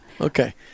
Okay